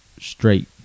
straight